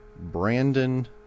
Brandon